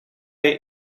jij